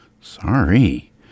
Sorry